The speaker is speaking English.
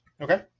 okay